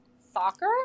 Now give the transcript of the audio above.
Soccer